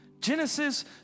Genesis